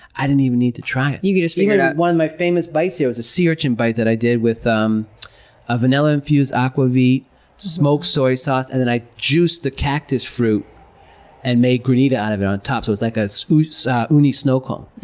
i didn't even need to try it. you could just figure it out. one of my famous bites here was a sea urchin bite that i did with um a vanilla-infused akvavit, smoked soy sauce, and then i juiced the cactus fruit and made granita out of it, on top, so it's like an ah uni snow cone.